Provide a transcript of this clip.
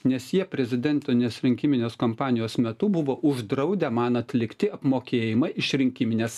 nes jie prezidentinės rinkiminės kampanijos metu buvo uždraudę man atlikti apmokėjimą iš rinkiminės